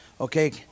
okay